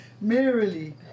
merrily